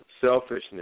selfishness